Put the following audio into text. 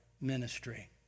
ministry